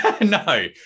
No